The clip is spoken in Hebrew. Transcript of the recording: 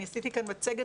אני עשיתי מצגת,